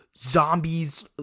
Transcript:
Zombies